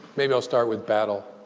maybe i'll start with battle.